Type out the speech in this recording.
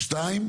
שתיים,